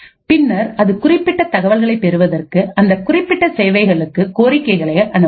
பின்னர் அது குறிப்பிட்ட தகவல்களை பெறுவதற்கு அந்த குறிப்பிட்ட சேவைகளுக்கு கோரிக்கைகளை அனுப்பும்